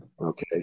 Okay